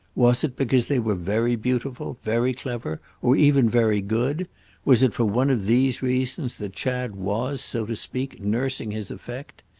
was it because they were very beautiful, very clever, or even very good was it for one of these reasons that chad was, so to speak, nursing his effect?